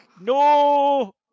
no